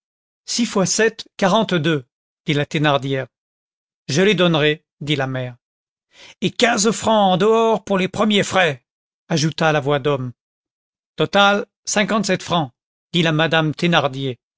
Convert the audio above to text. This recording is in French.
six fois sept quarante-deux dit la thénardier je les donnerai dit la mère et quinze francs en dehors pour les premiers frais ajouta la voix d'homme total cinquante-sept francs dit la madame thénardier